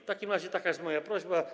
W takim razie taka jest moja prośba.